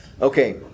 Okay